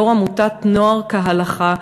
יושב-ראש עמותת "נוער כהלכה",